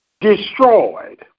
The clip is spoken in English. destroyed